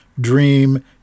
dream